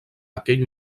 aquell